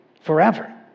Forever